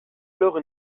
alors